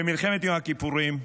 במלחמת יום הכיפורים,